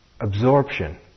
absorption